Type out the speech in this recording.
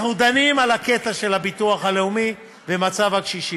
אנחנו דנים על הקטע של הביטוח הלאומי ומצב הקשישים,